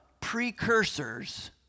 precursors